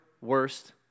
worst